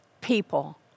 people